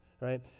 right